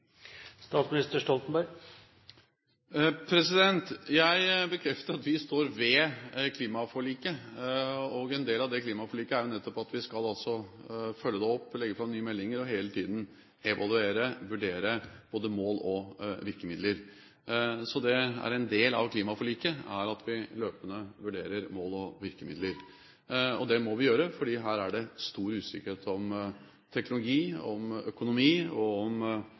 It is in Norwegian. Jeg bekrefter at vi står ved klimaforliket, og en del av det klimaforliket er nettopp at vi skal følge det opp, legge fram nye meldinger og hele tiden evaluere, vurdere både mål og virkemidler. Så en del av klimaforliket er at vi løpende vurderer mål og virkemidler. Det må vi gjøre fordi det her er stor usikkerhet om teknologi, om økonomi, om kostnader og